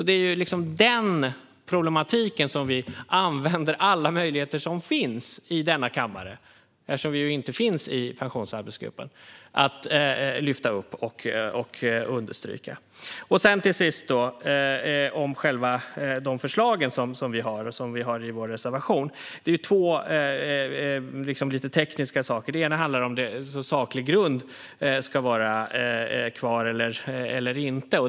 Det är den problematiken som vi använder alla möjligheter som finns i denna kammare för att lyfta upp och understryka eftersom vi inte finns med i Pensionsarbetsgruppen. Till sist ska jag ta upp förslagen vi har i vår reservation. Det är två lite tekniska saker. Det ena förslaget handlar om huruvida det här med saklig grund ska vara kvar eller inte.